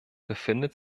befindet